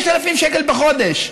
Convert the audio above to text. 6,000 שקלים בחודש.